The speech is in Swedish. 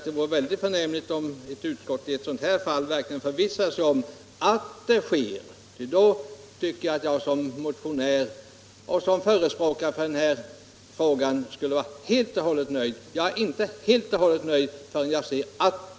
Det vore värdefullt om utskottet i ett sådant fall förvissade sig om att det verkligen sker, ty då skulle jag som motionär och förespråkare för denna fråga kunna vara fullständigt nöjd. Men jag är inte helt och hållet nöjd förrän jag har sett art det sker.